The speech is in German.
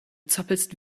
zappelst